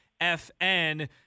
FN